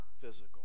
physical